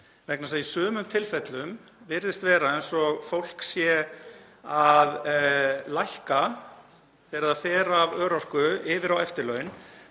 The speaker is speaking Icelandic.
þess að í sumum tilfellum virðist vera eins og fólk sé að lækka þegar það fer af örorku yfir á eftirlaun.